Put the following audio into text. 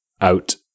out